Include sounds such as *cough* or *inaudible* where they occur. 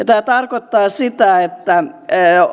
*unintelligible* tämä tarkoittaa sitä että